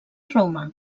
roma